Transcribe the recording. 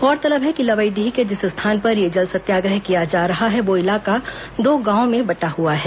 गौरतलब है कि लवईडीह के जिस स्थान पर यह जल सत्याग्रह किया जा रहा है वह इलाका दो गांवों में बंटा हआ है